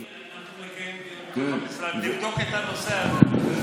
אנחנו נקיים דיון במשרד לבדוק את הנושא הזה.